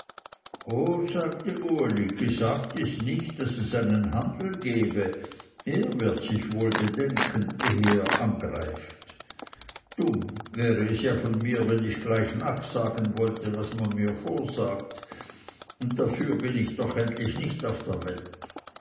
sagte uli gesagt ist nicht daß es einen handel gebe er wird sich wohl bedenken ehe er angreift dumm wäre es ja von mir wenn ich gleich nachsagen wollte was man mir vorsagt dafür bin ich doch endlich nicht auf der welt